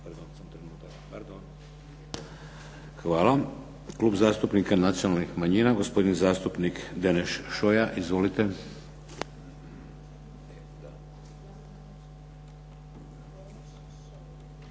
Hvala. Klub zastupnika nacionalnih manjina, gospodin zastupnik Deneš Šoja. Izvolite.